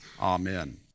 amen